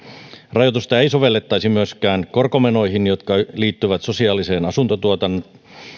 rajoitusta ei sovellettaisi myöskään korkomenoihin jotka liittyvät sosiaaliseen asuntotuotantoon